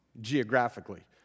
geographically